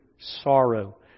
sorrow